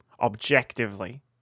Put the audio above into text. Objectively